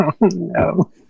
No